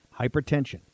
Hypertension